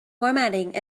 formatting